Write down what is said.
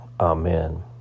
amen